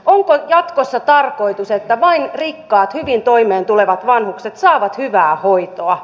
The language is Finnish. onko jatkossa tarkoitus että vain rikkaat hyvin toimeentulevat vanhukset saavat hyvää hoitoa